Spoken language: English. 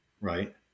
right